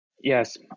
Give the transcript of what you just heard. yes